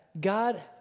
God